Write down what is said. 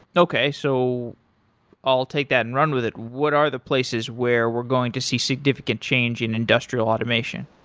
okay. so i'll take that and run with it. what are the places where we're going to see significant change in industrial automation?